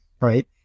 right